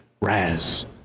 Raz